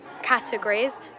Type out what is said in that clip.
categories